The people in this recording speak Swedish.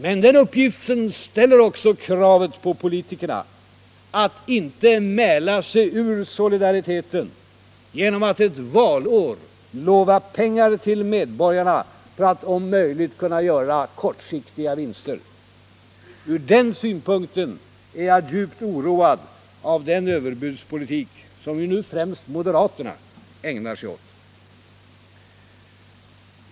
Men den uppgiften ställer också kravet på politikerna att inte mäla sig ur solidariteten genom att ett valår lova pengar till medborgarna, för att man om möjligt skall göra kortsiktiga vinster. Ur den synpunkten är jag djupt oroad av den överbudspolitik som nu främst moderaterna ägnar sig åt.